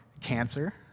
cancer